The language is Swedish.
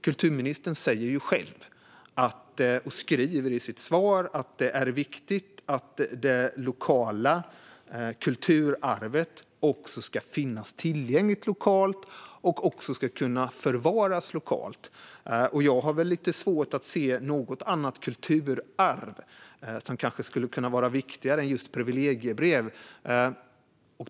Kulturministern säger ju själv i sitt svar att det är viktigt att det lokala kulturarvet ska finnas tillgängligt lokalt och också ska kunna förvaras lokalt. Jag har lite svårt att se något kulturarv som skulle kunna vara viktigare än just privilegiebrev.